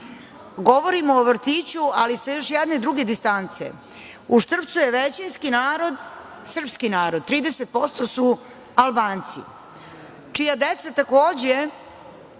govorimo o vrtiću, ali sa još jedne druge distance. U Štrpcu je većinski narod srpski narod, 30% su Albanci, čija deca takođe